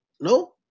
no